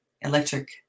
electric